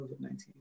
COVID-19